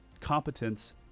competence